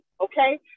okay